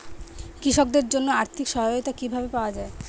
কৃষকদের জন্য আর্থিক সহায়তা কিভাবে পাওয়া য়ায়?